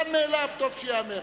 אני רק אומר שהמובן מאליו, טוב שייאמר.